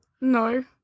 No